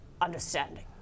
understanding